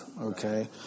okay